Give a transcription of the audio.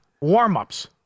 Warm-ups